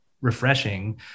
refreshing